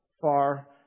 Far